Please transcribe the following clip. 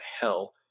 hell